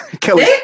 Kelly